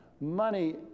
money